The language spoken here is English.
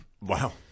Wow